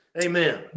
Amen